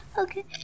Okay